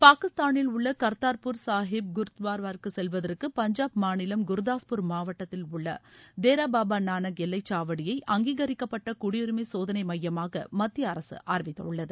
பாகிஸ்தானில் உள்ள கர்தா்பூர் சாஹிப் குருத்வாராவிற்கு செல்வதற்கு பஞ்சாப் மாநிலம் குர்தாஸ்பூர் மாவட்டத்தில் உள்ள தேரா பாபா நானக் எல்லைச் சாவடியை அங்கீரிக்கப்பட்ட குடியுரிமை சோதனை சாவடியாக மத்திய அரசு அறிவித்துள்ளது